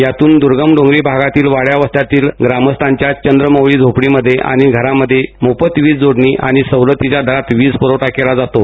यातून दूर्गम डोंगरी भागातील वाङ्या वस्त्यातील ग्रामस्थाच्या चंद्रमौळी झोपडीमध्ये आणि घरामध्ये मोफत वीज जोडणी आणि सवलतीच्या दरामध्ये वीज पुरवठा केला जातो